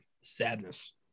Sadness